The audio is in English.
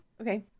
okay